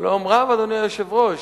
שלום רב, אדוני היושב-ראש.